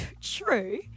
true